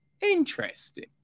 interesting